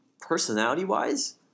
personality-wise